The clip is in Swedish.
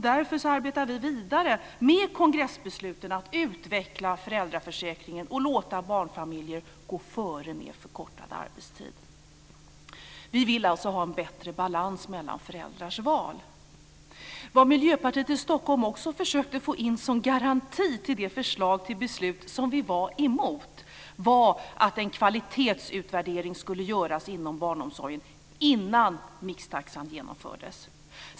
Därför arbetar vi vidare med kongressbesluten om att utveckla föräldraförsäkringen och låta barnfamiljer gå före med förkortad arbetstid. Vi vill alltså ha en bättre balans mellan föräldrars val. Miljöpartiet i Stockholm försökte också få igenom att en kvalitetsutvärdering skulle göras inom barnomsorgen innan mixtaxan genomfördes, som en garanti till det förslag till beslut som vi var emot.